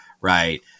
right